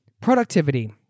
Productivity